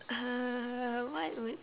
uh what would